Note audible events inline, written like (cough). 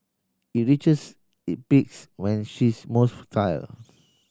it reaches it peaks when she is most fertile (noise)